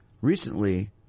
Recently